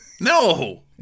No